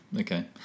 Okay